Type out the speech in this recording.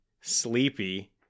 sleepy